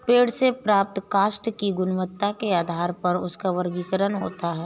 पेड़ से प्राप्त काष्ठ की गुणवत्ता के आधार पर उसका वर्गीकरण होता है